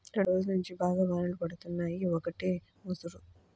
రెండ్రోజుల్నుంచి బాగా వానలు పడుతున్నయ్, ఒకటే ముసురు